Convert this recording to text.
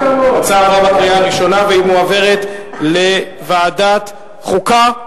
ההצעה עברה בקריאה הראשונה והיא מועברת לוועדת החוקה,